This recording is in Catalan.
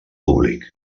públic